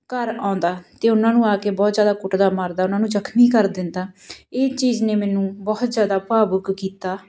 ਘਰ ਆਉਂਦਾ ਅਤੇ ਉਹਨਾਂ ਨੂੰ ਆ ਕੇ ਬਹੁਤ ਜ਼ਿਆਦਾ ਕੁੱਟਦਾ ਮਾਰਦਾ ਉਹਨਾਂ ਨੂੰ ਜ਼ਖਮੀ ਕਰ ਦਿੰਦਾ ਇਹ ਚੀਜ਼ ਨੇ ਮੈਨੂੰ ਬਹੁਤ ਜ਼ਿਆਦਾ ਭਾਵੁਕ ਕੀਤਾ